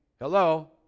Hello